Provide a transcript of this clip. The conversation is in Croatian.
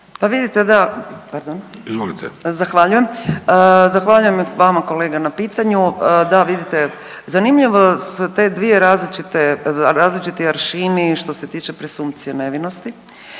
Urša (Možemo!)** Zahvaljujem. Zahvaljujem vama kolega na pitanju. Da vidite zanimljive su te dvije različite, različiti aršini što se tiče presumpcije nevinosti.